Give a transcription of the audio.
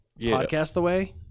PodcastTheWay